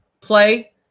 play